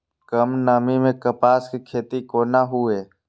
कम नमी मैं कपास के खेती कोना हुऐ?